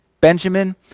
Benjamin